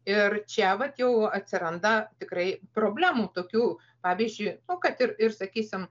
ir čia vat jau atsiranda tikrai problemų tokių pavyzdžiui nu kad ir ir sakysim